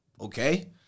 okay